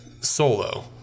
solo